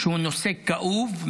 שהוא נושא כאוב,